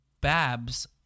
Babs